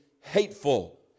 hateful